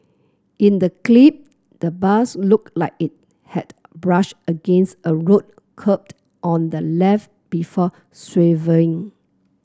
in the clip the bus looked like it had brushed against a road curb on the left before swerving